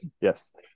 yes